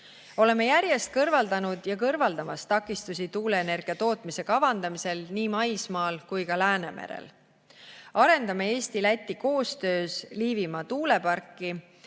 Oleme järjest kõrvaldanud ja kõrvaldamas takistusi tuuleenergia tootmiseks nii maismaal kui ka Läänemerel. Arendame Eesti-Läti koostöös Liivimaa tuuleparki